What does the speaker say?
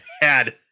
bad